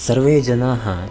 सर्वे जनाः